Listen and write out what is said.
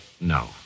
no